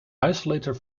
isolated